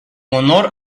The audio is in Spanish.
honor